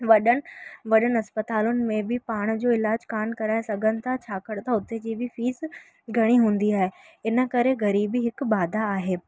वॾनि वॾनि इस्पतालियुनि में बि पाण जो इलाजु कान कराए सघनि था छाकाणि त हुते जी बि फिस घणी हूंदी आहे इन करे ग़रीबी हिकु बाधा आहे